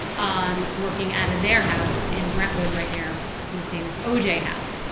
um working out of their house in brentwood right near the famous oj house,